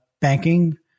banking